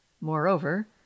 Moreover